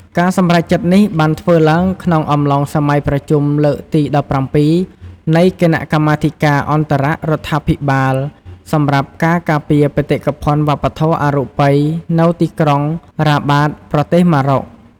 ការសម្រេចចិត្តនេះបានធ្វើឡើងក្នុងអំឡុងសម័យប្រជុំលើកទី១៧ នៃគណៈកម្មាធិការអន្តររដ្ឋាភិបាលសម្រាប់ការការពារបេតិកភណ្ឌវប្បធម៌អរូបី នៅទីក្រុងរ៉ាបាត ប្រទេសម៉ារ៉ុក។